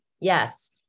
Yes